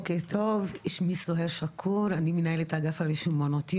אני מנהלת אגף רישום מעונות יום.